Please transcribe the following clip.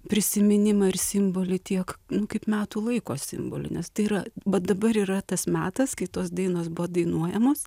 prisiminimą ir simbolį tiek kaip metų laiko simbolį nes tai yra bet dabar yra tas metas kai tos dainos buvo dainuojamos